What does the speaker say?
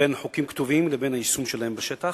בין חוקים כתובים לבין היישום שלהם בשטח,